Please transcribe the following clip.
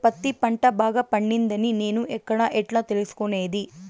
పత్తి పంట బాగా పండిందని నేను ఎక్కడ, ఎట్లా తెలుసుకునేది?